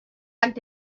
wagged